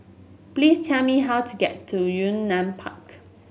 please tell me how to get to Yunnan Park